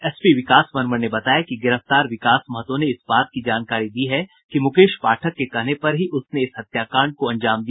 SP Vikas Varman ने बताया कि गिरफ्तार विकास महतो ने इस बात की जानकारी दी है कि मुकेश पाठक के कहने पर ही उसने इस हत्याकांड को अंजाम दिया